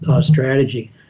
strategy